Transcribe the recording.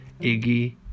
iggy